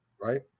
right